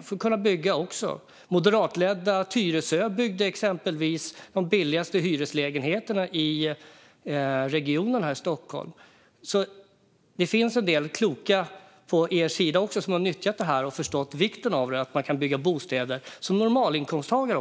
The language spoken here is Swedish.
Exempelvis byggde moderatledda Tyresö de billigaste hyreslägenheterna i Stockholmsregionen. Det finns alltså en del kloka även på er sida som har nyttjat investeringsstödet och förstått vikten av det för att kunna bygga bostäder för normalinkomsttagare.